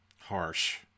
Harsh